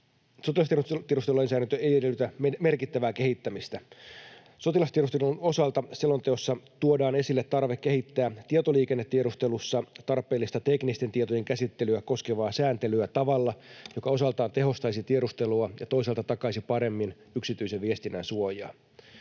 Sotilastiedustelun osalta selonteossa tuodaan esille tarve kehittää tietoliikennetiedustelussa tarpeellista teknisten tietojen käsittelyä koskevaa sääntelyä tavalla, joka osaltaan tehostaisi tiedustelua ja toisaalta takaisi paremmin yksityisen viestinnän suojaa.